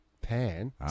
pan